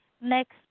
next